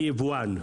אני יבואן.